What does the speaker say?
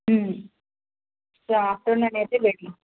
afternoon అయితే better